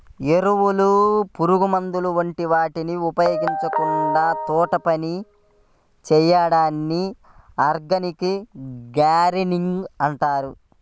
ఎరువులు, పురుగుమందుల వంటి వాటిని ఉపయోగించకుండా తోటపని చేయడాన్ని ఆర్గానిక్ గార్డెనింగ్ అంటారు